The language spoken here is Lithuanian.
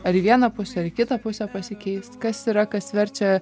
ar į vieną pusę ar į kitą pusę pasikeist kas yra kas verčia